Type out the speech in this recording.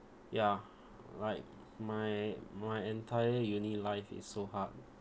ya like my my entire uni life is so hard